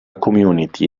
community